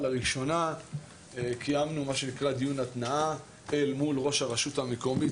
לראשונה קיימנו דיון התנעה אל מול ראש הרשות המקומית